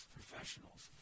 professionals